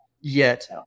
Yet-